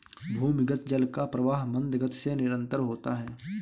भूमिगत जल का प्रवाह मन्द गति से निरन्तर होता है